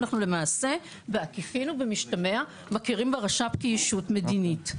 אנחנו למעשה בעקיפין ובמשתמע מכירים ברש"פ כישות מדינית.